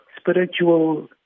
spiritual